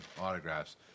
autographs